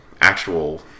actual